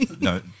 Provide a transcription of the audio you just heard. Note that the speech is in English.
No